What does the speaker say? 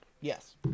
Yes